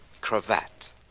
Cravat